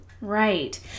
Right